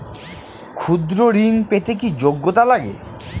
ক্ষুদ্র ঋণ পেতে কি যোগ্যতা লাগে?